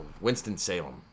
Winston-Salem